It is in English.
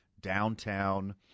downtown